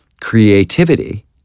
creativity